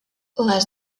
les